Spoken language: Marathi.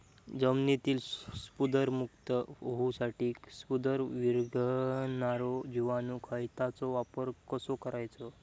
जमिनीतील स्फुदरमुक्त होऊसाठीक स्फुदर वीरघळनारो जिवाणू खताचो वापर कसो करायचो?